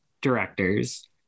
directors